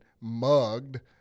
mugged